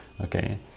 okay